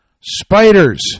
Spiders